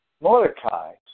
Mordecai